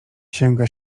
sięga